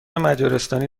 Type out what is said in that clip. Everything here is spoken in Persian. مجارستانی